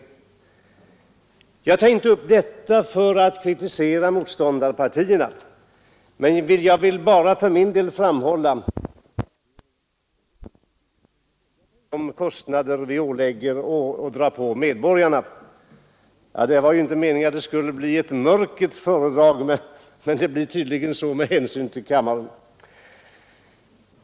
Jag tar inte upp detta för att kritisera motståndarpartierna, utan jag har för min del bara velat framhålla att frågan om socialpolitiken inte bara gäller reformernas genomförande, utan vi måste också vara beredda att ta konsekvenserna av de kostnader som vi ålägger medborgarna.